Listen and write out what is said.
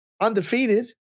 undefeated